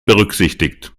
berücksichtigt